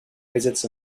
visits